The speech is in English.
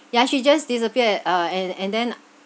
ya she just disappeared uh and and then